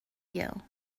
you